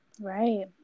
Right